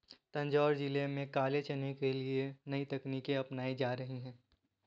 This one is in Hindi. तंजौर जिले में काले चने के लिए नई तकनीकें अपनाई जा रही हैं